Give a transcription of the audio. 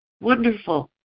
Wonderful